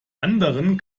anderen